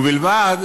ובלבד